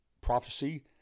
prophecy